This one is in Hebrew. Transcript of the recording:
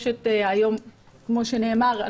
כפי שנאמר,